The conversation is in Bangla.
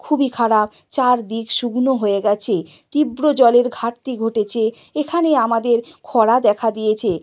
খুবই খারাপ চারদিক শুকনো হয়ে গিয়েছে তীব্র জলের ঘাটতি ঘটেছে এখানে আমাদের খরা দেখা দিয়েছে